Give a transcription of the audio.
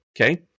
Okay